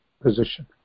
position